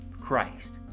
Christ